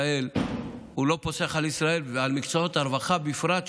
הוא לא פוסח על ישראל ועל מקצועות הרווחה בפרט.